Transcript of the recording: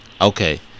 Okay